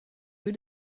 you